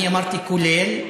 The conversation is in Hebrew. אני אמרתי: כולל,